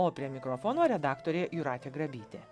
o prie mikrofono redaktorė jūratė grabytė